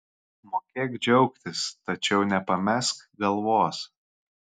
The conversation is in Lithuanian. mokėk džiaugtis tačiau nepamesk galvos